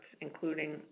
including